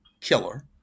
killer